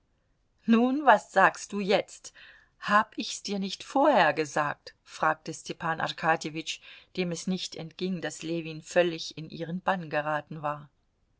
nun was sagst du jetzt hab ich's dir nicht vorher gesagt fragte stepan arkadjewitsch dem es nicht entging daß ljewin völlig in ihren bann geraten war